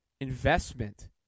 investment